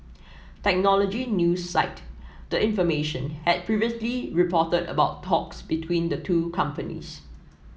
technology news site the information had previously reported about talks between the two companies